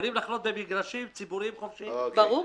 יכולות לחנות במגרשים ציבוריים חופשי?